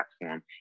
platform